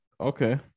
Okay